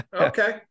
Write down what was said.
Okay